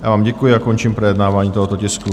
Já vám děkuji a končím projednávání tohoto tisku.